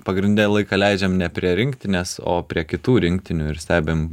pagrinde laiką leidžiam ne prie rinktinės o prie kitų rinktinių ir stebim